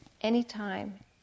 anytime